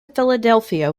philadelphia